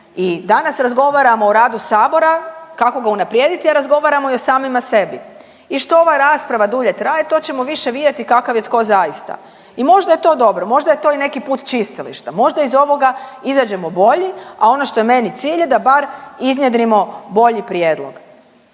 I danas razgovaramo o radu sabora, kako ga unaprijediti, a razgovaramo i o samima sebi. I što ova rasprava dulje traje, to ćemo više vidjeti kakav je tko zaista. I možda je to dobro, možda je to i neki put čistilišta. Možda iz ovoga izađemo bolji, a ono što je meni cilj je da bar iznjedrimo bolji prijedlog.